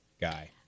guy